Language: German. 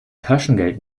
taschengeld